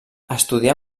estudià